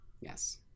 Yes